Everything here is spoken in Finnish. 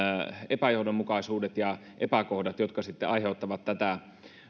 epäjohdonmukaisuudet ja epäkohdat jotka sitten aiheuttavat tätä